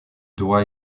dois